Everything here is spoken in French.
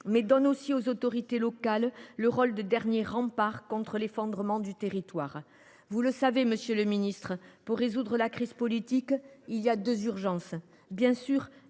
mais aussi attribuent aux autorités locales le rôle de dernier rempart contre l’effondrement du territoire. Vous le savez, monsieur le ministre, pour résoudre la crise politique, il y a deux priorités : bien sûr,